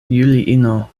juliino